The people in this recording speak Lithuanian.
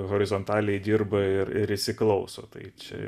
horizontaliai dirba ir ir įsiklauso tai čia